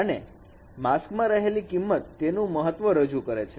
અને માસ્ક માં રહેલી મૂલ્ય તેનું મહત્વ રજૂ કરે છે